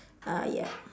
uh ya